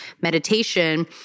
meditation